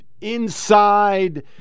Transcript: inside